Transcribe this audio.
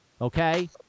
Okay